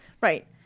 right